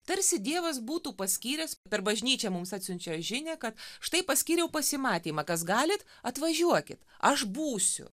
tarsi dievas būtų paskyręs per bažnyčią mums atsiunčia žinią kad štai paskyriau pasimatymą kas galit atvažiuokit aš būsiu